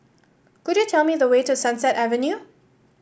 could you tell me the way to Sunset Avenue